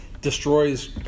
destroys